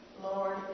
Lord